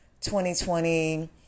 2020